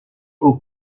aux